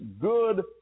good